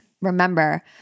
Remember